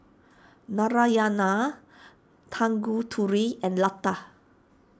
Narayana Tanguturi and Lata